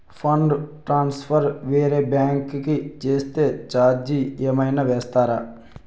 Fund transfer వేరే bank కి చేస్తే ఛార్జ్ ఏమైనా వేస్తారా?